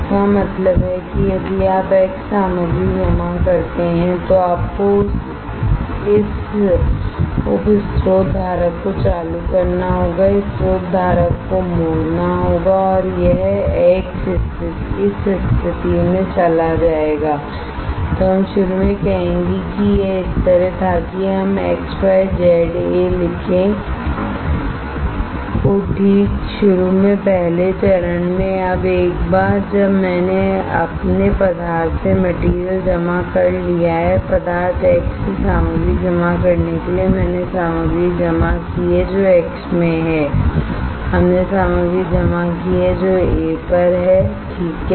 इसका मतलब है कि यदि आप एक्स सामग्री जमा करते हैं तो आपको इस उप स्रोत धारक को चालू करना होगा स्रोत धारक को मोड़ना होगा और यह X इस स्थिति में चला जाएगा तो हम शुरू में कहेंगे कि यह इस तरह था कि हम XYZA लिखें ठीक शुरू में पहले चरण में अब एक बार जब मैंने पदार्थ से मटेरियल जमा कर लिया है पदार्थ X से सामग्री जमा करने के लिए मैंने सामग्री जमा की है जो X में है हमने सामग्री जमा की है जो A पर है ठीक है